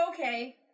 okay